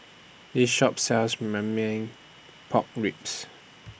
This Shop sells Marmite Pork Ribs